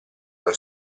allo